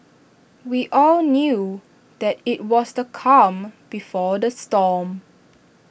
we all knew that IT was the calm before the storm